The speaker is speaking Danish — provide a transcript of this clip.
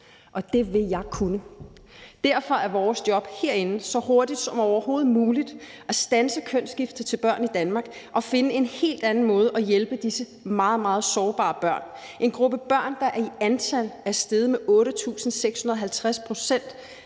Og det vil jeg kunne. Derfor er vores job herinde så hurtigt som overhovedet muligt at standse kønsskifte til børn i Danmark og finde en helt anden måde at hjælpe disse meget, meget sårbare børn på. Der er tale om en gruppe børn, der i antal er steget med 8.650 pct.,